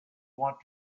want